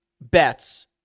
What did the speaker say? bets